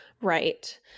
Right